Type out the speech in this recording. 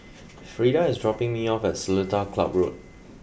Freda is dropping me off at Seletar Club Road